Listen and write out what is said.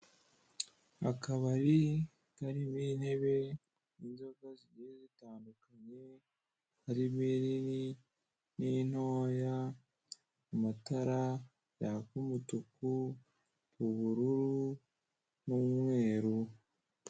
Akabari karimo intebe n'inzoga zigiye zitandukanye, harimo inini n'intoya, amatara yaka umutuku, ubururu n'umweru.